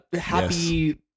happy